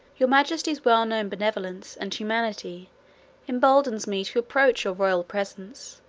your majesty's well known benevolence and humanity emboldens me to approach your royal presence,